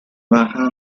baja